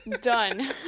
Done